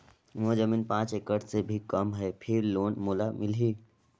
मोर जमीन पांच एकड़ से भी कम है फिर लोन मोला मिलही?